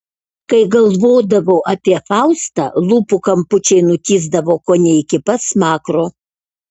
kai galvodavau apie faustą lūpų kampučiai nutįsdavo kone iki pat smakro